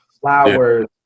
flowers